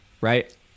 right